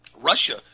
Russia